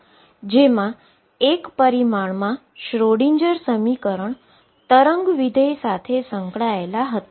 જેમા 1 પરિમાણમાં શ્રોડિંજર સમીકરણ વેવ ફંક્શન સાથે સંકળાયેલા છે